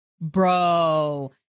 bro